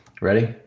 Ready